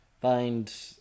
find